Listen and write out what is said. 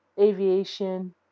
aviation